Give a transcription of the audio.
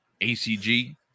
ACG